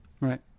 Right